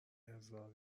هزار